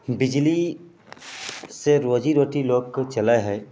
बिजली से रोजीरोटी लोकके चलै है